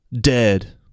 dead